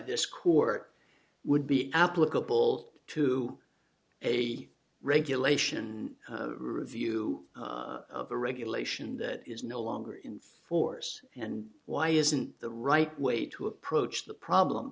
this court would be applicable to a regulation review of a regulation that is no longer in force and why isn't the right way to approach the problem